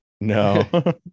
No